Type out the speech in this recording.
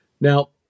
Now